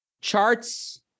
charts